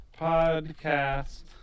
podcast